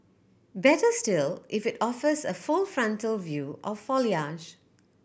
better still if it offers a full frontal view of foliage